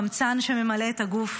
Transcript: חמצן שממלא את הגוף.